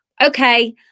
okay